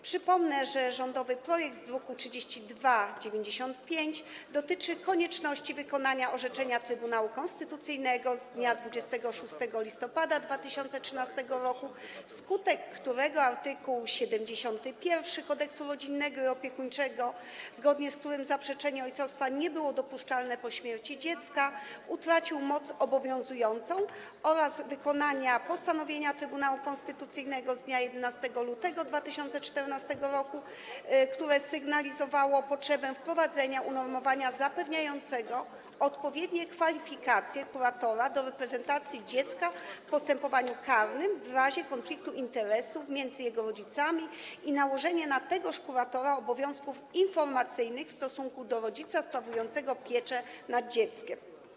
Przypomnę, że rządowy projekt z druku nr 3295 dotyczy konieczności wykonania orzeczenia Trybunału Konstytucyjnego z dnia 26 listopada 2013 r., wskutek którego art. 71 Kodeksu rodzinnego i opiekuńczego, zgodnie z którym zaprzeczenie ojcostwa nie było dopuszczalne po śmierci dziecka, utracił moc obowiązującą, oraz wykonania postanowienia Trybunału Konstytucyjnego z dnia 11 lutego 2014 r., które sygnalizowało potrzebę wprowadzenia unormowania zapewniającego odpowiednie kwalifikacje kuratora do reprezentacji dziecka w postępowaniu karnym w razie konfliktu interesów między jego rodzicami i nałożenie na tegoż kuratora obowiązków informacyjnych w stosunku do rodzica sprawującego pieczę nad dzieckiem.